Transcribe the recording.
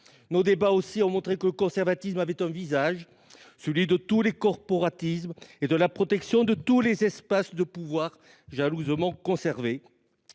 Nos débats ont également montré que le conservatisme avait un visage, celui de tous les corporatismes et de la protection de tous les espaces de pouvoir jalousement conservés